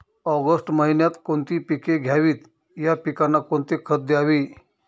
August महिन्यात कोणती पिके घ्यावीत? या पिकांना कोणते खत द्यावे?